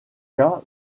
cas